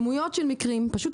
פשוט,